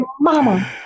Mama